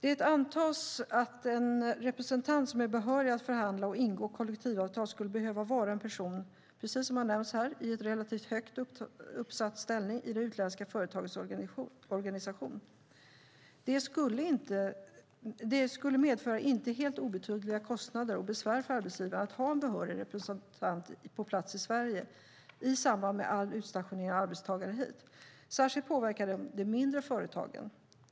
Det antas att en representant som är behörig att förhandla och ingå kollektivavtal skulle behöva vara en person, precis som har nämnts här, i relativt högt uppsatt ställning i det utländska företagets organisation. Det skulle medföra inte helt obetydliga kostnader och besvär för arbetsgivaren att ha en behörig representant på plats i Sverige i samband med all utstationering av arbetstagare hit. Särskilt påverkar detta de mindre företagen.